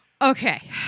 Okay